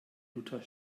luther